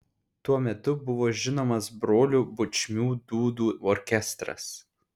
tuo metu buvo žinomas brolių bučmių dūdų orkestras